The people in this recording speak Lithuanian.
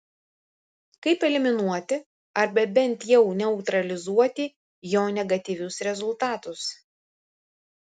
kaip eliminuoti arba bent jau neutralizuoti jo negatyvius rezultatus